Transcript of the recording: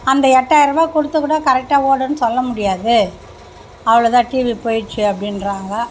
அந்த எட்டாயருபா கொடுத்துக்கூட கரெக்டாக ஓடுன்னு சொல்ல முடியாது அவ்வளோ தான் டிவி போயிட்ச்சு அப்படின்றாங்க